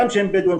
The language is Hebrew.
גם שהם בדואים,